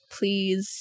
please